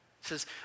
says